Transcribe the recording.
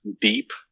deep